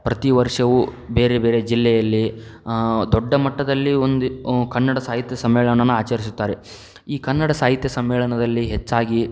ಪ್ರತಿವರ್ಷವೂ ಬೇರೆ ಬೇರೆ ಜಿಲ್ಲೆಯಲ್ಲಿ ದೊಡ್ಡ ಮಟ್ಟದಲ್ಲಿ ಒಂದು ಕನ್ನಡ ಸಾಹಿತ್ಯ ಸಮ್ಮೇಳನನ ಆಚರಿಸುತ್ತಾರೆ ಈ ಕನ್ನಡ ಸಾಹಿತ್ಯ ಸಮ್ಮೇಳನದಲ್ಲಿ ಹೆಚ್ಚಾಗಿ